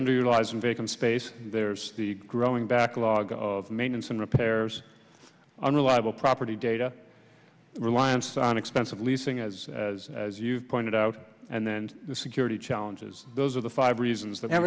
underutilized vacant space there's the growing backlog of maintenance and repairs unreliable property data reliance on expensive leasing as as as you pointed out and then the security challenges those are the five reasons